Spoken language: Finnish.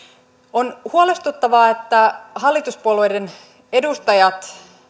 on huolestuttavaa että hallituspuolueiden edustajat